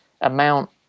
amount